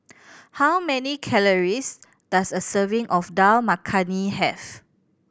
how many calories does a serving of Dal Makhani have